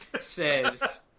says